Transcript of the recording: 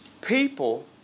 people